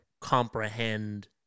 comprehend